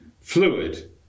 fluid